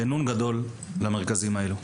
זה נון גדול למרכזים האלו.